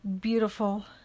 beautiful